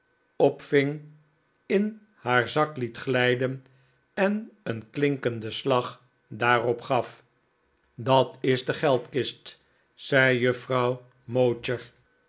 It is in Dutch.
opving in haar zak liet glijden en een klinkenden slag daarop gaf dat is de geldkist zei juffrouw